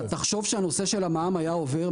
תחשוב שהנושא של המע"מ היה עובר,